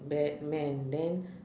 batman then